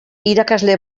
irakasle